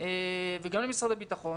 וגם למשרד הביטחון,